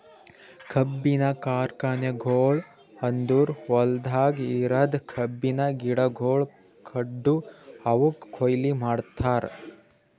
ಕಬ್ಬಿನ ಕಾರ್ಖಾನೆಗೊಳ್ ಅಂದುರ್ ಹೊಲ್ದಾಗ್ ಇರದ್ ಕಬ್ಬಿನ ಗಿಡಗೊಳ್ ಕಡ್ದು ಅವುಕ್ ಕೊಯ್ಲಿ ಮಾಡ್ತಾರ್